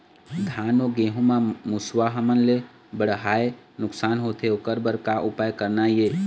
धान अउ गेहूं म मुसवा हमन ले बड़हाए नुकसान होथे ओकर बर का उपाय करना ये?